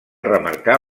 remarcar